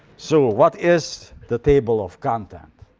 so what is the table of contents?